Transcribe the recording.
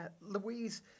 Louise